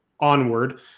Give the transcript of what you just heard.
onward